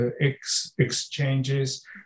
exchanges